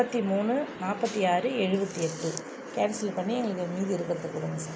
முப்பதி மூணு நாற்பத்தி ஆறு எழுபத்தி எட்டு கேன்சல் பண்ணி எங்களுக்கு மீதி இருக்கிறத கொடுங்கள் சார்